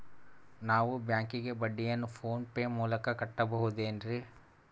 ನಾವು ಬ್ಯಾಂಕಿಗೆ ಬಡ್ಡಿಯನ್ನು ಫೋನ್ ಪೇ ಮೂಲಕ ಕಟ್ಟಬಹುದೇನ್ರಿ?